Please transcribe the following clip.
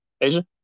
Asia